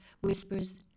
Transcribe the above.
whispers